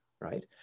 right